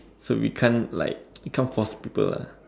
so we can't like we can't force people ah